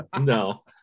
No